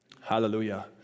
Hallelujah